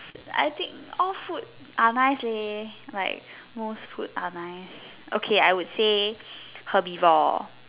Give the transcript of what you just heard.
I think all food are nice leh like most food are nice okay I would say herbivore